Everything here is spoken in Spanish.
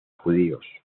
judíos